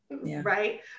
right